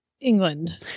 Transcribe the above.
England